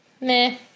Meh